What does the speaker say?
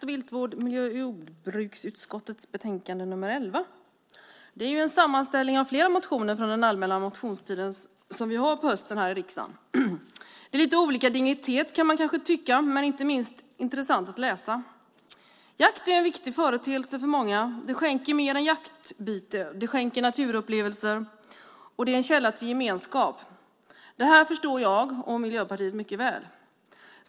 Herr talman! Betänkandet är en sammanställning av flera motioner från allmänna motionstiden, som vi har på hösten här i riksdagen. Det är lite olika dignitet på dessa, kan man kanske tycka, men inte minst intressanta att läsa. Jakt är en viktig företeelse för många. Det skänker mer än jaktbyte, det skänker naturupplevelser och det är en källa till gemenskap. Detta förstår jag och Miljöpartiet mycket väl.